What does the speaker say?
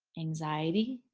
anxiety,